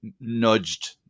nudged